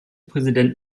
präsident